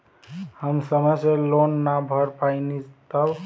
हम समय से लोन ना भर पईनी तब?